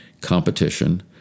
competition